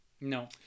No